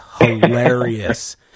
hilarious